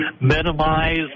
Minimize